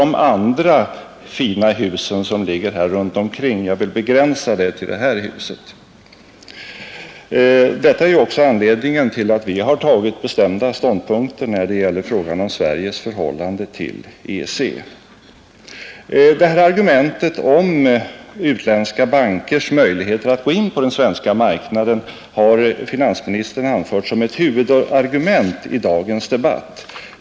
Om finansministern har samma uppfattning på den punkten, är jag glad. Detta är också anledningen till att vi intagit bestämda ståndpunkter när det gäller frågan om Sveriges förhållande till EEC. Utländska bankers möjligheter att gå in på den svenska marknaden har finansministern anfört som ett huvudargument i dagens debatt.